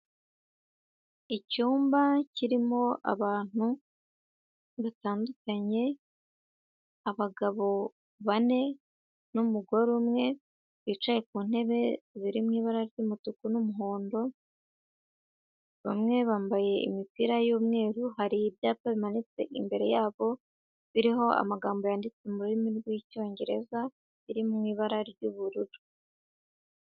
Icyumba kirimo abantu batandukanye, abagabo bane n'umugore umwe, bicaye ku ntebe ziri mu ibara ry'umutuku n'umuhondo, bamwe bambaye imipira y'umweru, hari ibyapa bimanitse imbere yabo, biriho amagambo yanditse mu rurimi rw'Icyongereza, biri mu ibara ry'ubururu.